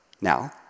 Now